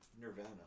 Nirvana